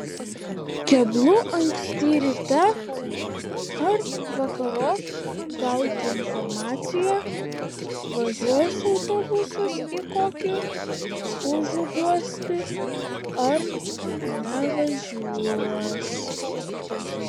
keblu anksti ryte ar vakarop gauti informaciją važiuos autobusas į kokį užuguostį ar nevažiuos